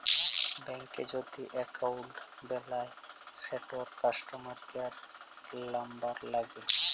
ব্যাংকে যদি এক্কাউল্ট বেলায় সেটর কাস্টমার কেয়ার লামবার ল্যাগে